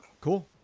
cool